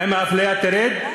האם האפליה תרד?